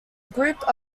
group